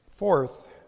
Fourth